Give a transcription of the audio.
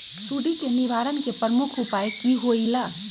सुडी के निवारण के प्रमुख उपाय कि होइला?